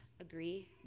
agree